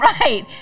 right